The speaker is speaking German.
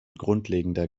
grundlegender